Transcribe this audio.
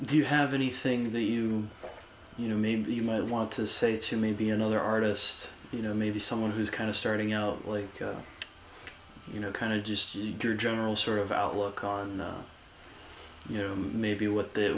do you have anything that you you need that you might want to say to me be another artist you know maybe someone who's kind of starting out really you know kind of just your general sort of outlook on you know maybe what they